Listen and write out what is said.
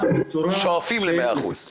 שואפים ל-100 אחוזים.